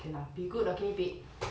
okay lah be good okay bed